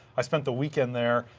i spent the weekend there.